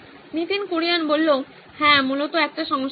নীতিন কুরিয়ান হ্যাঁ মূলত একটি সংস্করণ